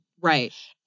Right